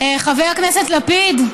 חבר הכנסת לפיד,